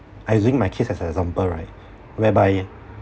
I using my case as an example right whereby